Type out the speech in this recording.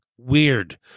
weird